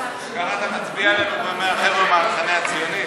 ככה אתה מצביע עלינו ואומר "החבר'ה מהמחנה הציוני"?